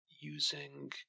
using